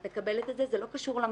זה לא קשור למסוף.